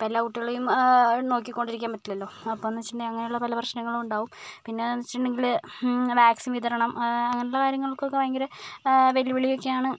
ഇപ്പോൾ എല്ലാ കുട്ടികളെയും നോക്കികൊണ്ട് ഇരിക്കാൻ പറ്റില്ലല്ലോ അപ്പം എന്ന് വെച്ചിട്ടുണ്ടെങ്കിൽ അങ്ങനെ ഉള്ള പല പ്രശ്നങ്ങളും ഉണ്ടാകും പിന്നെ എന്ന് വെച്ചിട്ടുങ്കിൽ വാക്സിൻ വിതരണം അങ്ങനെ ഉള്ള കാര്യങ്ങൾക്ക് ഒക്കെ ഭയങ്കര വെല്ലുവിളി ഒക്കെ ആണ്